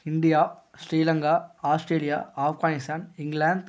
India Sri Lanka Australia Afghanistan England